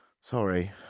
Sorry